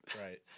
Right